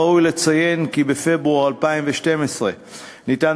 ראוי לציין כי בפברואר 2012 ניתן